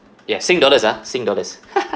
ya sing dollars ah sing dollars